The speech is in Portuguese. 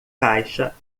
caixa